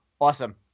Awesome